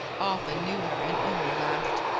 arthur knew her, and only laughed.